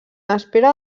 espera